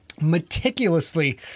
meticulously